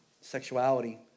sexuality